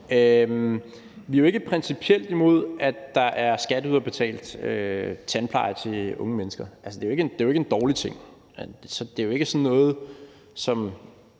Vi er jo ikke principielt imod, at der er skatteyderbetalt tandpleje til unge mennesker, for det er ikke en dårlig ting. Det er jo ikke noget, som